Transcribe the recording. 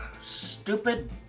Stupid